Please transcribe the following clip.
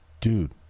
dude